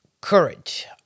courage